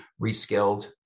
reskilled